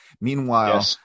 Meanwhile